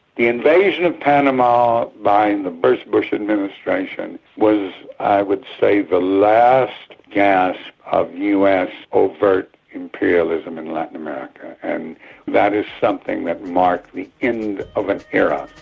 the invasion of panama by the first bush administrations was, i would say, the last gasp of us overt imperialism in latin america, and that is something that marked the end of an era.